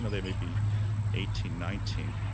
ah they may be eighteen, nineteen.